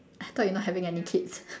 I thought you not having any kids